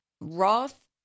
Roth